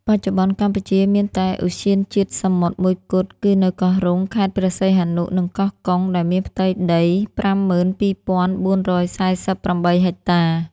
បច្ចុប្បន្នកម្ពុជាមានតែឧទ្យានជាតិសមុទ្រមួយគត់ គឺនៅកោះរ៉ុង ខេត្តព្រះសីហនុ និងកោះកុង ដែលមានផ្ទៃដី ៥២,៤៤៨ ហិកតា។